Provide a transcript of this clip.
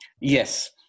Yes